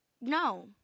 No